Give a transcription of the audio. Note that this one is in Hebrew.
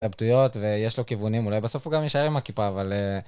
התלבטויות, ויש לו כיוונים, אולי בסוף הוא גם יישאר עם הכיפה, אבל...